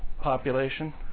population